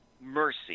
mercy